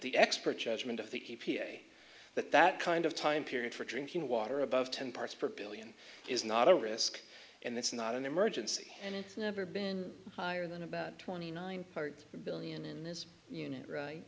the expert judgment of the p p a that that kind of time period for drinking water above ten parts per billion is not a risk and it's not an emergency and it's never been higher than about twenty nine hundred billion in this unit